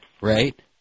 Right